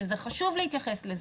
שזה חשוב להתייחס לזה,